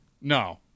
No